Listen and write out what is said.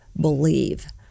believe